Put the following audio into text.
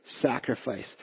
sacrifice